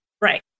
Right